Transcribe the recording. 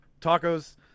tacos